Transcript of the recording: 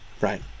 right